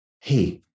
hey